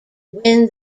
win